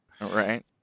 Right